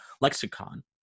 lexicon